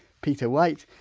peter white,